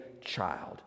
child